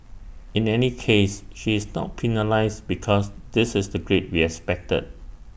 in any case she is not penalised because this is the grade we expected